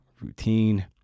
routine